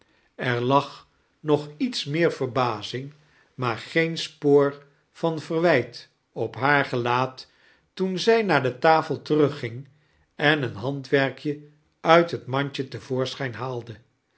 er lag nog iets meer verbazing maar geen spoor van verwijt op haar gelaat toen zij naar de tafel terugging en een handwerkje uit het mandje te voorschijn haalde